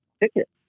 ticket